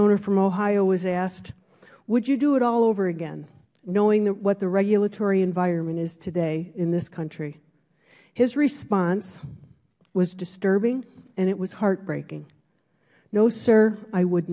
owner from ohio was asked would you do it all over again knowing what the regulatory environment is today in this country his response was disturbing and it was heartbreaking no sir i would